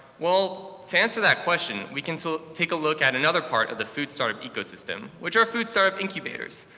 well, to answer that question, we can so take a look at another part of the food-startup ecosystem, which our food-startup incubators,